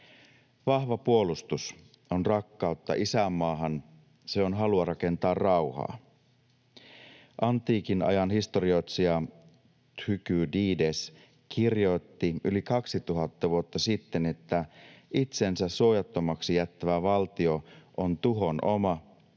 Vahva puolustus on rakkautta isänmaahan. Se on halua rakentaa rauhaa. Antiikin ajan historioitsija Thukydides kirjoitti yli 2000 vuotta sitten, että itsensä suojattomaksi jättävä valtio on tuhon oma,